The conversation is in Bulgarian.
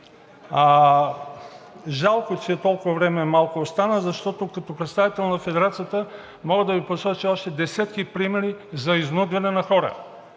Жалко, че остана толкова малко време, защото като представител на Федерацията мога да Ви посоча още десетки примери за изнудване на хора.